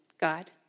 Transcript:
God